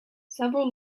several